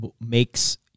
makes